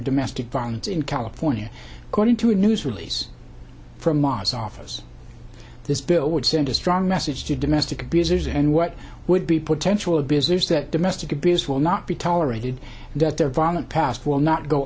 domestic violence in california according to a news release from os office this bill would send a strong message to domestic abusers and what would be potential of visitors that domestic abuse will not be tolerated and that their violent past will not go